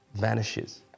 vanishes